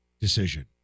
decision